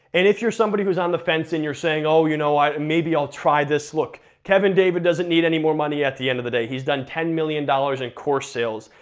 and if you're somebody who's on the fence and you're saying, oh, you know maybe i'll try this. look, kevin david doesn't need anymore money at the end of the day, he's done ten million dollars in course sales,